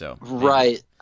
Right